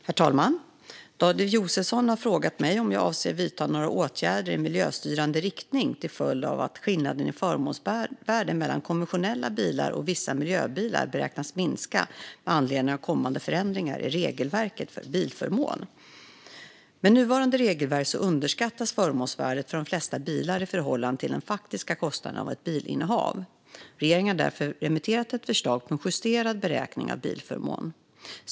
Herr talman! David Josefsson har frågat mig om jag avser att vidta några åtgärder i miljöstyrande riktning till följd av att skillnaden i förmånsvärde mellan konventionella bilar och vissa miljöbilar beräknas minska med anledning av kommande förändringar i regelverket för bilförmån. Med nuvarande regelverk underskattas förmånsvärdet för de flesta bilar i förhållande till den faktiska kostnaden av ett bilinnehav. Regeringen har därför remitterat ett förslag på en justerad beräkning av bilförmån.